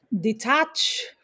detach